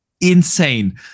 insane